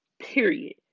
period